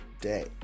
day